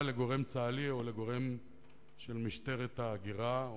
לגורם צה"לי או לגורם של משטרת ההגירה,